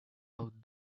out